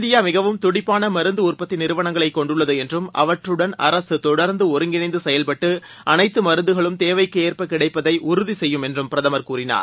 India மிகவும் தடிப்பான மருந்து உற்பத்தி நிறுவனங்களைக் கொண்டுள்ளது என்றும் அவற்றுடன் அரசு தொடர்ந்து ஒருங்கிணைந்து செயல்பட்டு அனைத்து மருந்துகளும் தேவைக்கேற்ப கிடைப்பதை உறுதி செய்யும் என்றும் பிரதமர் கூறினார்